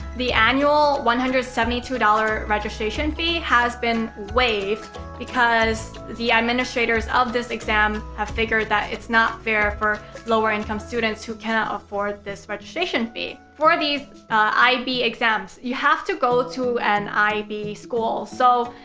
the annual one hundred and seventy two dollars registration fee has been waived because the administrators of this exam have figured that it's not fair for lower-income students who cannot afford this registration fee. for these ib exams, you have to go to an ib school. so,